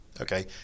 Okay